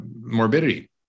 morbidity